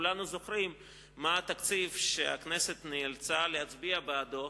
כולנו זוכרים מה התקציב שהכנסת נאלצה להצביע בעדו,